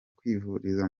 kwivuriza